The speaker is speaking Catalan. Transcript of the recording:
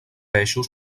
eixos